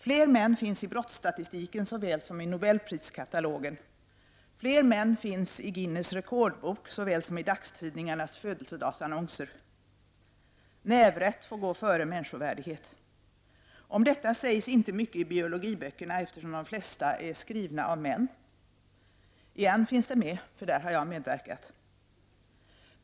Fler män finns i brottsstatistiken såväl som i nobelpriskatalogen, fler män finns i Guinness rekordbok såväl som i dagstidningarnas födelsedagsannonser. Nävrätt får gå före människovärdighet. Om detta sägs inte mycket i biologiböckerna, eftersom de flesta är skrivna av män. I en finns det med, för där har jag medverkat.